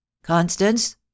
Constance